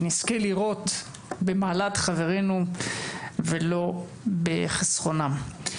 שנזכה לראות במעלת חברינו ולא בחסכונם.